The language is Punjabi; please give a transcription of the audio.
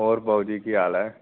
ਔਰ ਬਾਊ ਜੀ ਕੀ ਹਾਲ ਹੈ